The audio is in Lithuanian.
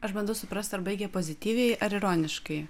aš bandau suprasti ar baigė pozityviai ar ironiškai